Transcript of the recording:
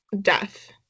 death